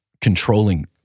controlling